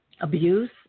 abuse